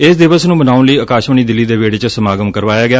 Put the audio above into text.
ਇਸ ਦਿਵਸ ਨੂੰ ਮਨਾਉਣ ਲਈ ਆਕਾਸ਼ਵਾਣੀ ਦਿੱਲੀ ਦੇ ਵਿਹਤੇ ਚ ਸਮਾਗਮ ਕਰਵਾਇਆ ਗਿਆ